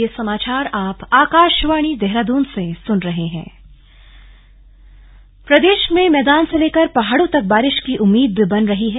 slug मौसम प्रदेश में मैदान से लेकर पहाड़ों तक बारिश की उम्मीद बन रही है